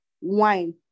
wine